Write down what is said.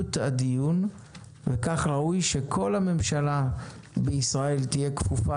סופיות הדיון וכך ראוי שכל הממשלה בישראל תהיה כפופה